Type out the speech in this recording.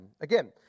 Again